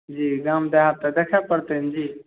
जी गाम देहात तऽ देखै पड़तै ने जी